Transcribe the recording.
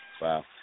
Wow